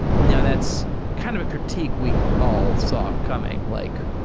now, that's kind of a critique we all saw coming, like,